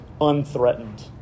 unthreatened